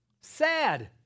Sad